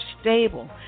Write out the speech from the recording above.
stable